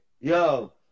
Yo